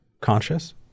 conscious